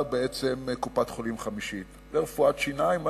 בעצם קופת-חולים חמישית לרפואת שיניים.